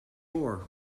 before